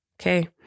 Okay